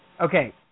Okay